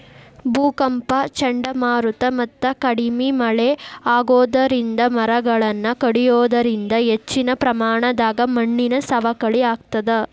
ಭೂಕಂಪ ಚಂಡಮಾರುತ ಮತ್ತ ಕಡಿಮಿ ಮಳೆ ಆಗೋದರಿಂದ ಮರಗಳನ್ನ ಕಡಿಯೋದರಿಂದ ಹೆಚ್ಚಿನ ಪ್ರಮಾಣದಾಗ ಮಣ್ಣಿನ ಸವಕಳಿ ಆಗ್ತದ